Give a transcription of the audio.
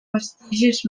vestigis